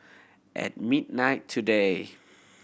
at midnight today